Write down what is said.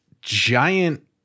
giant